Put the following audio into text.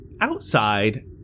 outside